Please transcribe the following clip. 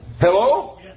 Hello